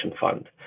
fund